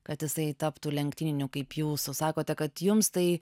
kad jisai taptų lenktyniniu kaip jūsų sakote kad jums tai